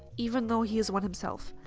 even though he is one himself.